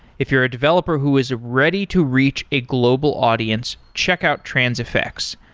if you're a developer who is ready to reach a global audience, check out transifex.